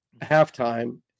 halftime